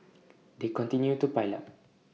they continue to pile up